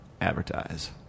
advertise